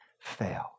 fail